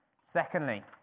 Secondly